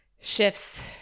shifts –